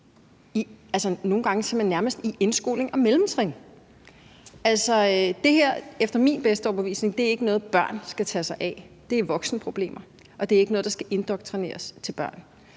Nogle gange er det nærmest også i indskolingen og på mellemtrinnet. Det her er efter min bedste overbevisning ikke noget, som børn skal tage sig af. Det er voksenproblemer, og det er ikke noget, børnene skal indoktrineres med.